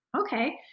Okay